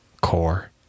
core